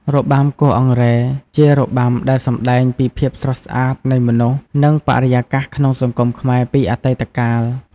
របាំគោះអង្រែ ជារបាំដែលសម្តែងពីភាពស្រស់ស្អាតនៃមនុស្ស និងបរិយាកាសក្នុងសង្គមខ្មែរពីអតីតកាល។